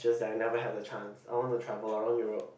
just that I never had the chance I want to travel around Europe